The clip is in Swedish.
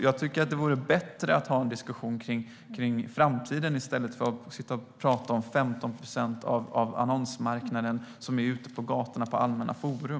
Jag tycker att det vore bättre att ha en diskussion om framtiden i stället för att prata om de 15 procent av annonsmarknaden som är ute på gatorna, på allmänna forum.